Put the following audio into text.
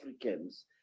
Africans